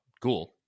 Cool